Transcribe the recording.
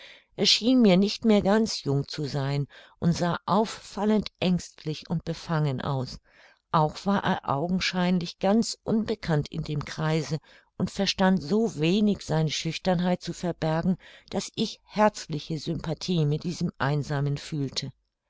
schien mir nicht mehr ganz jung zu sein und sah auffallend ängstlich und befangen aus auch war er augenscheinlich ganz unbekannt in dem kreise und verstand so wenig seine schüchternheit zu verbergen daß ich herzliche sympathie mit diesem einsamen fühlte